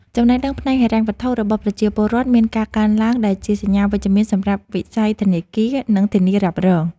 ចំណេះដឹងផ្នែកហិរញ្ញវត្ថុរបស់ប្រជាពលរដ្ឋមានការកើនឡើងដែលជាសញ្ញាវិជ្ជមានសម្រាប់វិស័យធនាគារ និងធានារ៉ាប់រង។